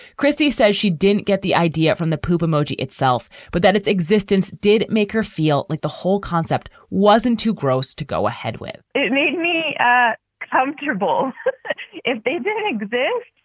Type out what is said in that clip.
christy says she didn't get the idea from the poop emoji itself, but that its existence did make her feel like the whole concept wasn't too gross to go ahead with it made me comfortable if they didn't exist.